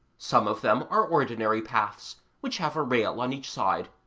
some of them are ordinary paths, which have a rail on each side,